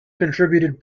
contributed